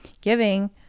giving